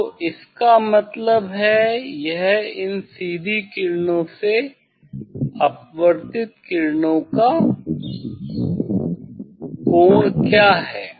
तो इसका मतलब है यह इन सीधी किरणों से अपवर्तित किरणों का कोण क्या है